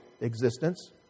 existence